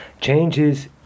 changes